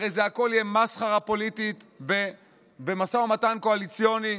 הרי הכול יהיה מסחרה פוליטית במשא ומתן קואליציוני.